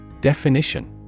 Definition